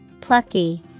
Plucky